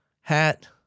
hat